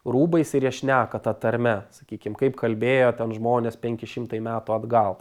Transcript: rūbais ir jie šneka ta tarme sakykim kaip kalbėjo ten žmonės penki šimtai metų atgal